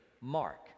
Mark